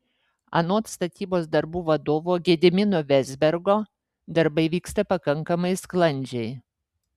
anot statybos darbų vadovo gedimino vezbergo darbai vyksta pakankamai sklandžiai